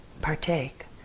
partake